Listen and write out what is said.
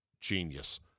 genius